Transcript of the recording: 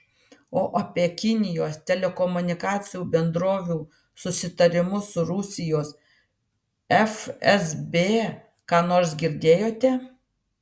o apie kinijos telekomunikacijų bendrovių susitarimus su rusijos fsb ką nors girdėjote